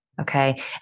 Okay